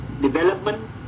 development